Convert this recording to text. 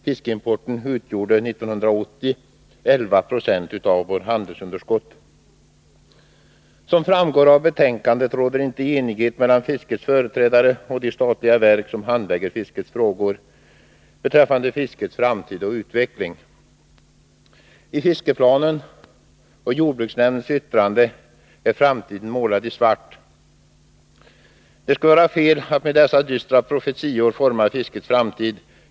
Fiskimporten utgjorde 1980 11 2 av vårt handelsunderskott. Som framgår av betänkandet råder inte enighet mellan fiskets företrädare och de statliga verk som handlägger fiskets frågor beträffande fiskets framtid och utveckling. I fiskeplanen och jordbruksnämndens yttrande är framtiden målad i svart. Det skulle vara fel att med dessa dystra profetior forma fiskets framtid.